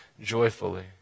joyfully